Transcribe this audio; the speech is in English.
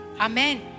Amen